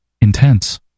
intense